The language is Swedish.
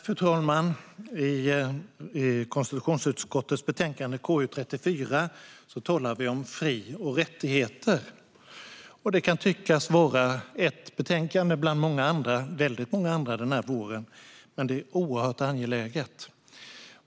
Fru talman! Konstitutionsutskottets betänkande KU34 handlar om fri och rättigheter. Det kan tyckas vara ett betänkande bland väldigt många denna vår, men det är mycket angeläget.